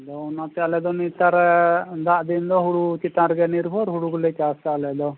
ᱟᱫᱚ ᱚᱱᱟᱛᱮ ᱟᱞᱮᱫᱚ ᱱᱮᱛᱟᱨᱟᱜ ᱫᱟᱜ ᱫᱤᱱ ᱫᱚ ᱦᱳᱲᱳ ᱪᱮᱛᱟᱱ ᱨᱮᱜᱮ ᱱᱤᱨᱵᱷᱚᱨ ᱦᱳᱲᱳ ᱜᱮᱞᱮ ᱪᱟᱥᱼᱟ ᱟᱞᱮ ᱫᱚ